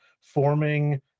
forming